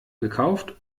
gekauft